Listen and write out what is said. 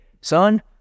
son